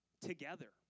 Together